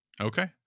Okay